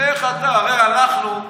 הרי אנחנו,